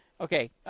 Okay